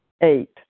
Eight